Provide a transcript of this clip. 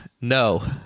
No